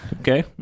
Okay